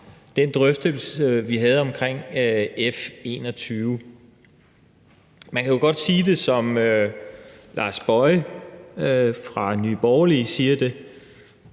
den drøftelse, vi havde om F 21. Man kan jo godt sige det, som hr. Lars Boje Mathiesen fra Nye Borgerlige siger det: